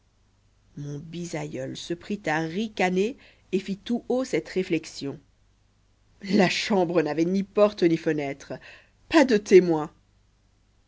mon bisaïeul se prit à ricaner et fit tout haut cette réflexion la chambre n'avait ni porte ni fenêtre pas de témoins